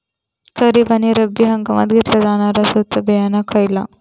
खरीप आणि रब्बी हंगामात घेतला जाणारा स्वस्त बियाणा खयला?